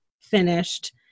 finished